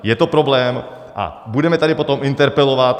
Je to problém a budeme tady potom interpelovat.